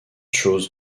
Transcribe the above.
choses